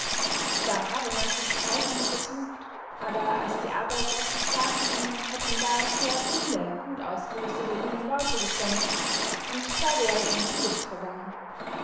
zwar habe man zu streiken versucht aber als die arbeiter auf die straße gingen hätten da sehr viele gut ausgerüstete junge leute gestanden und da wäre ihnen die lust vergangen